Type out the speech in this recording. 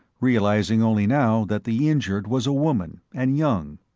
realizing only now that the injured was a woman, and young.